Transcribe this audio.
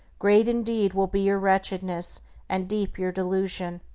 great indeed will be your wretchedness and deep your delusion.